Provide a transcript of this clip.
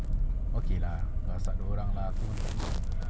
tak ada aku tak ada phobia aku just tak suka ah like bagi aku macam mm